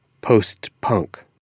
post-punk